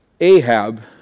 Ahab